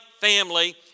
family